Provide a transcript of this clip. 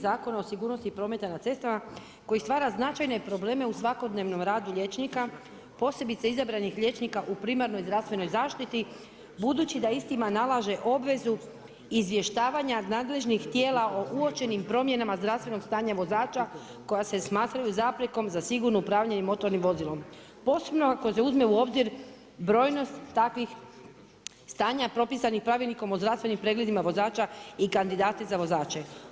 Zakona o sigurnosti prometa na cestama koji stvara značajne probleme u svakodnevnom radu liječnika posebice izabranih liječnika u primarnoj zdravstvenoj zaštiti budući da istima nalaže obvezu izvještavanja nadležnih tijela o uočenim promjenama zdravstvenog stanja vozača koja se smatraju zaprekom za sigurno upravljanje motornim vozilom posebno ako se uzme u obzir brojnost takvih stanja propisanih pravilnikom o zdravstvenim pregledima vozača i kandidate za vozače.